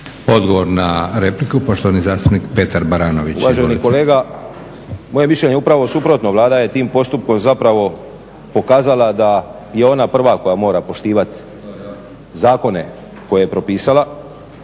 Odgovor na repliku, poštovani zastupnik Petar Baranović. **Baranović, Petar (HNS)** Uvaženi kolega, moje mišljenje je upravo suprotno, Vlada je tim postupkom zapravo pokazala da je ona prva koja mora poštivati zakone koje je propisala.